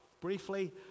briefly